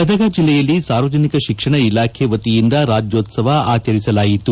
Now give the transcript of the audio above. ಗದಗ ಜಿಲ್ಲೆಯಲ್ಲಿ ಸಾರ್ವಜನಿಕ ಶಿಕ್ಷಣ ಇಲಾಖೆ ವತಿಯಿಂದ ರಾಜ್ಯೋತ್ಸವ ಆಚರಿಸಲಾಯಿತು